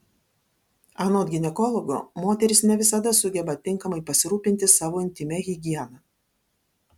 anot ginekologo moterys ne visada sugeba tinkamai pasirūpinti savo intymia higiena